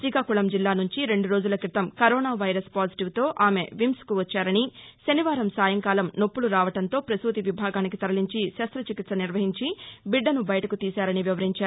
శ్రీకాకుళం జిల్లా నుంచి రెండు రోజుల క్రితం కరోనా వైరస్ పాజిటివ్తో ఆమె విమ్సకు వచ్చారని శనివారం సాయంకాలం నొప్పులు రావడంతో ప్రసూతి విభాగానికి తరలించి శుస్త్రచికిత్స నిర్వహించి బీద్దను బయటకు తీశారని వివరించారు